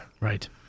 Right